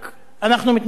אנחנו מתנגדים,